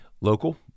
local